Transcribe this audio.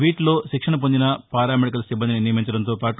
వీటిలో శిక్షణ పొందిన పారా మెడికల్ సిబ్బందిని నియమించడంతో పాటు